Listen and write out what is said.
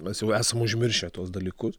mes jau esam užmiršę tuos dalykus